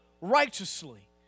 righteously